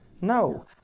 No